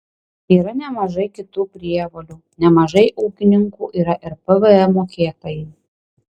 yra nemažai kitų prievolių nemažai ūkininkų yra ir pvm mokėtojai